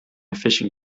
fishing